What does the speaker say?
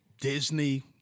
Disney